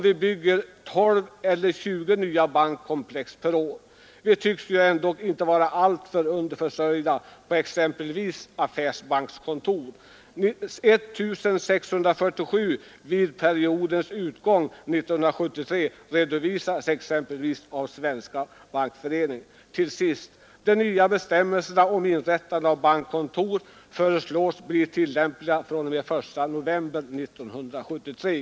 Vi tycks ju ändå inte vara alltför underför sörjda med exempelvis affärsbankskontor — 1647 den 30 juni 1973 redovisas av Svenska bankföreningen. Till sist vill jag framhålla att de nya bestämmelserna om inrättande av bankkontor föreslås bli tillämpliga från och med den 1 november 1973.